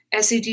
SED